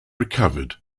recovered